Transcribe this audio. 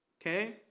Okay